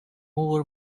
over